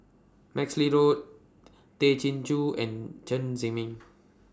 MaxLe Blond Tay Chin Joo and Chen Zhiming